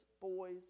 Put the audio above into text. boy's